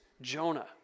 Jonah